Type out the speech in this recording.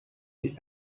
the